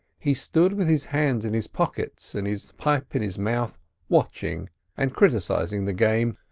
he stood with his hands in his pockets and his pipe in his mouth watching and criticising the game,